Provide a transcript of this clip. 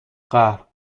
قهر